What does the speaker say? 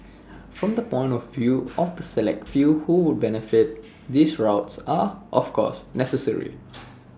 from the point of view of the select few who would benefit these routes are of course necessary